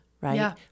right